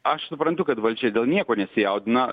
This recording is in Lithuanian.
aš suprantu kad valdžia dėl nieko nesijaudina